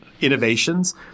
innovations